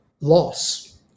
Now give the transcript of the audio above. loss